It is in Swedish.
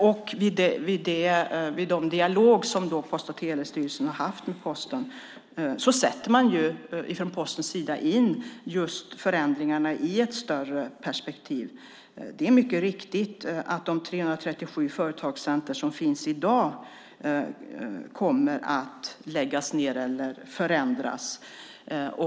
I den dialog som Post och telestyrelsen har haft med Posten har man från Postens sida just satt in förändringarna i ett större perspektiv. Det är riktigt att de 337 företagscenter som finns i dag kommer att läggas ned eller förändras.